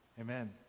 Amen